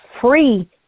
free